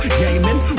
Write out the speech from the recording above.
gaming